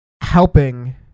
helping